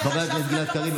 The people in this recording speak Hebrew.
חבר הכנסת גלעד קריב,